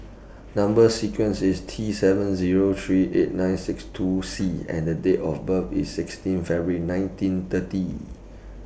Number sequence IS T seven Zero three eight nine six two C and Date of birth IS sixteen February nineteen thirty